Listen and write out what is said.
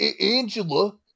Angela